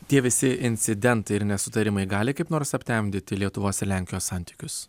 tie visi incidentai ir nesutarimai gali kaip nors aptemdyti lietuvos ir lenkijos santykius